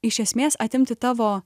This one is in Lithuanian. iš esmės atimti tavo